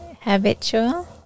Habitual